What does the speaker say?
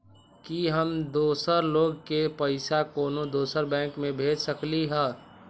कि हम दोसर लोग के पइसा कोनो दोसर बैंक से भेज सकली ह?